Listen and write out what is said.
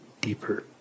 deeper